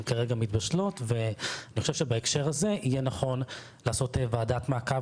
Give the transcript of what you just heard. כרגע מתבשלות ואני חושב שבהקשר הזה יהיה נכון לעשות וועדת מעקב